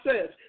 says